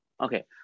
Okay